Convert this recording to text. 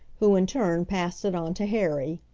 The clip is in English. who in turn passed it on to harry.